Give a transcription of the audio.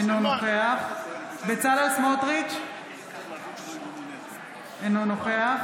אינו נוכח בצלאל סמוטריץ' אינו נוכח